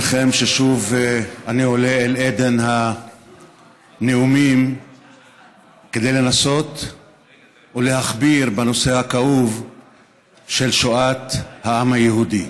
אל אדן הנאומים כדי לנסות ולהכביר בנושא הכאוב של שואת העם היהודי.